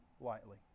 lightly